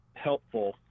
helpful